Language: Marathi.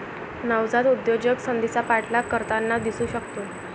नवजात उद्योजक संधीचा पाठलाग करताना दिसू शकतो